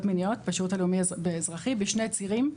מיניות בשירות לאומי אזרחי בשני צירים.